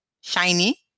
Shiny